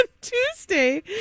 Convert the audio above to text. Tuesday